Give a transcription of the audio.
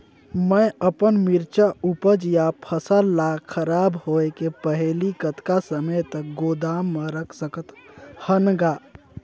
मैं अपन मिरचा ऊपज या फसल ला खराब होय के पहेली कतका समय तक गोदाम म रख सकथ हान ग?